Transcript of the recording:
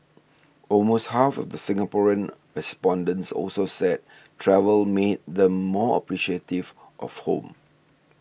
almost half of the Singaporean respondents also said travel made them more appreciative of home